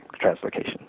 translocation